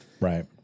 Right